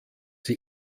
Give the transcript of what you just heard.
sie